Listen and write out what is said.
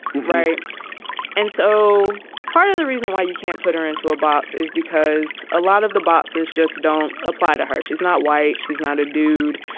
right and so part of the reason why you can't put her into a box is because a lot of the boxes just don't apply to her. she's not why she's not a dude.